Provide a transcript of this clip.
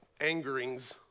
angerings